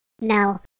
No